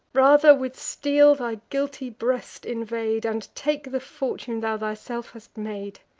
rather with steel thy guilty breast invade, and take the fortune thou thyself hast made.